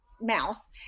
mouth